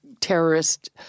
terrorist